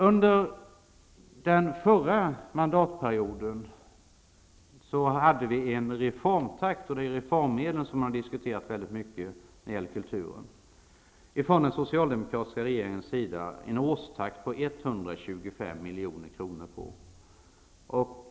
Under den förra mandatperioden, dvs. under den socialdemokratiska regeringens tid, hade vi en reformtakt -- och det är just reformmedlen som man har diskuterat mycket när det gäller kulturen -- på 125 milj.kr. per år.